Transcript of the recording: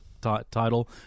title